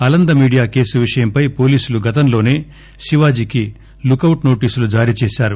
Alanda media case విషయంపై పోలీసులు గతంలోసే శివాజీకి లుకౌట్ నోటీసులు జారీ చేశారు